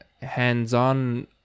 hands-on